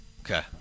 Okay